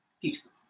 beautiful